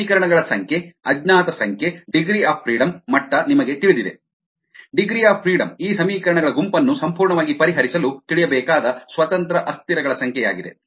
ಸಮೀಕರಣಗಳ ಸಂಖ್ಯೆ ಅಜ್ಞಾತ ಸಂಖ್ಯೆ ಡಿಗ್ರಿ ಆಫ್ ಫ್ರೀಡಂ ಮಟ್ಟ ನಿಮಗೆ ತಿಳಿದಿದೆ ಡಿಗ್ರಿ ಆಫ್ ಫ್ರೀಡಂ ಈ ಸಮೀಕರಣಗಳ ಗುಂಪನ್ನು ಸಂಪೂರ್ಣವಾಗಿ ಪರಿಹರಿಸಲು ತಿಳಿಯಬೇಕಾದ ಸ್ವತಂತ್ರ ಅಸ್ಥಿರಗಳ ಸಂಖ್ಯೆಯಾಗಿದೆ